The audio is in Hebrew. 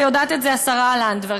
ויודעת את זה השרה לנדבר,